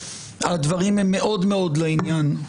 הדברים הם מאוד מאוד לעניין,